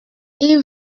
ils